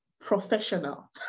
professional